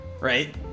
right